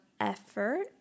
effort